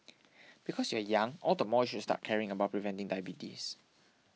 because you are young all the more you should start caring about preventing diabetes